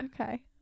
Okay